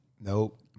Nope